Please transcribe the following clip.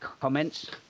comments